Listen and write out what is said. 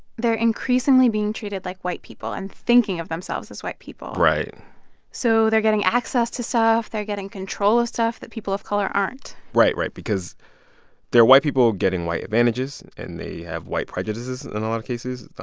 they're increasingly being treated like white people and thinking of themselves as white people right so they're getting access to stuff. they're getting control of stuff that people of color aren't right. right. because they're white people getting white advantages and they have white prejudices in a lot of cases.